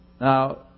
Now